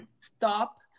stop